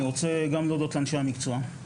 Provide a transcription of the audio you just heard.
אני רוצה להודות לאנשי המקצוע.